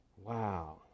Wow